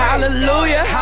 Hallelujah